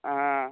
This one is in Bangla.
হ্যাঁ